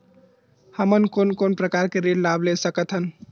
हमन कोन कोन प्रकार के ऋण लाभ ले सकत हन?